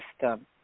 system